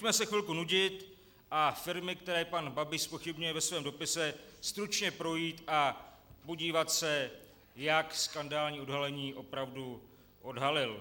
Pojďme se chvilku nudit a firmy, které pana Babiš zpochybňuje ve svém dopise, stručně projít a podívat se, jak skandální odhalení opravdu odhalil.